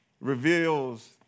reveals